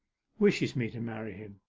wishes me to marry him.